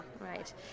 right